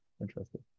interesting